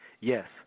yes